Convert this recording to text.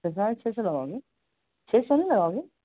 अच्छा साढ़े छः सौ लगाओगे छः सौ नहीं लगाओगे